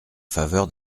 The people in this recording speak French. faveur